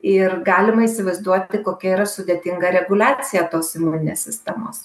ir galima įsivaizduoti kokia yra sudėtinga reguliacija tos imuninės sistemos